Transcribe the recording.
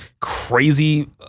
crazy